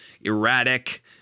erratic